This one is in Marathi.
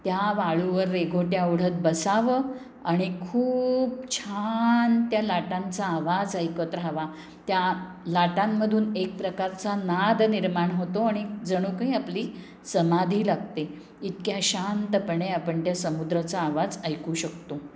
त्या वाळूवर रेघोट्या ओढत बसावं आणि खूप छान त्या लाटांचा आवाज ऐकत राहावा त्या लाटांमधून एक प्रकारचा नाद निर्माण होतो आणि जणूकाही आपली समाधी लागते इतक्या शांतपणे आपण त्या समुद्राचा आवाज ऐकू शकतो